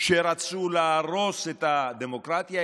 שרצו להרוס את הדמוקרטיה,